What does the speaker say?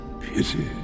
Pity